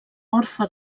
orfe